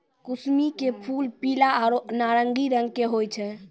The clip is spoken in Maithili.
कुसमी के फूल पीला आरो नारंगी रंग के होय छै